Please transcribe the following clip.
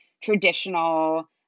traditional